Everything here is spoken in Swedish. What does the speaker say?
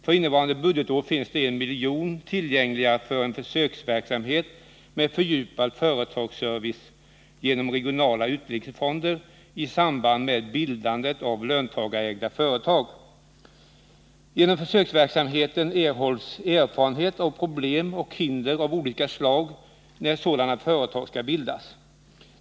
För innevarande budgetår finns 1 milj.kr. tillgängliga för en försöksverksamhet med fördjupad företagsservice genom regionala utvecklingsfonder i samband med bildande av löntagarägda företag. Genom försöksverksamheten erhålls erfarenheter av problem och hinder av olika slag när sådana företag skall bildas.